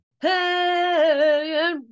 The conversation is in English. Hey